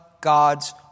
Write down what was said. God's